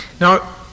Now